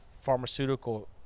Pharmaceutical